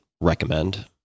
recommend